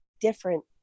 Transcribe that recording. different